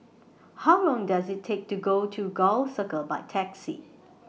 How Long Does IT Take to get to Gul Circle By Taxi